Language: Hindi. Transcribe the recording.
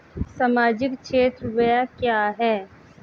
सामाजिक क्षेत्र व्यय क्या है?